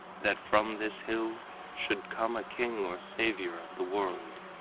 that from this hill should come a king or savior of the world.